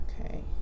Okay